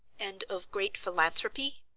and of great philanthropy?